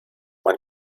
man